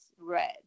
red